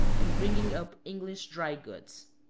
and bringing up english dry-goods.